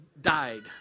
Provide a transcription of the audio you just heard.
died